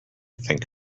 think